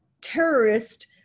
terrorist